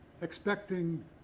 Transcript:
expecting